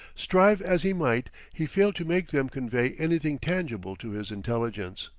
strive as he might he failed to make them convey anything tangible to his intelligence.